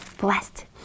blessed